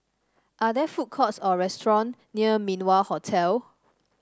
are there food courts or restaurant near Min Wah Hotel